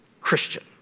Christian